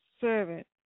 servant